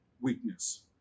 weakness